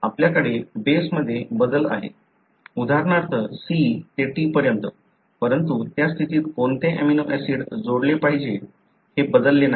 आपल्याकडे बेसमध्ये बदल आहे उदाहरणार्थ C ते T पर्यंत परंतु त्या स्थितीत कोणते अमिनो ऍसिड जोडले पाहिजे हे बदलले नाही